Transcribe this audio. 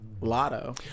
Lotto